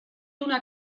una